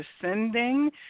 descending